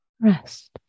rest